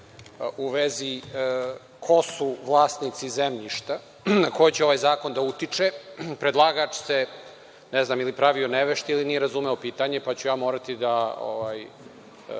u vezi ko su vlasnici zemljišta na koje će ovaj zakon da utiče. Predlagač se, ne znam, ili pravio neveštim, ili nije razumeo pitanje, pa ću ja morati da